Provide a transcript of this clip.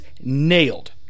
nailed